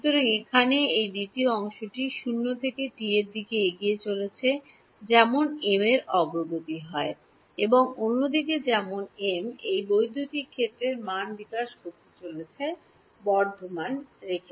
সুতরাং এখানে এই দ্বিতীয় অংশটি 0 থেকে t এর দিকে এগিয়ে চলছে যেমন m অগ্রগতি হয় এবং অন্যদিকে যেমন m এই বৈদ্যুতিক ক্ষেত্রের মান বিকাশ করে চলেছে বর্ধমান রাখে